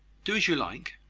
do as you like.